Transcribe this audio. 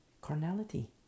Carnality